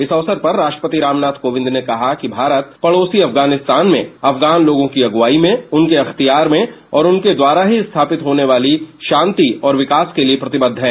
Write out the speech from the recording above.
इस अवसर पर राष्ट्रपति रामनाथ कोविंद न कहा कि भारत पडोसी अफगानिस्तान में अफगान लोगों की अगुवाई में उनके अख्तियार में और उनके द्वारा ही स्थापित होने वाली शांति और विकास के लिए प्रतिबद्ध है